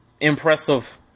impressive